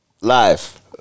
Live